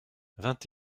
vingt